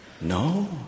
No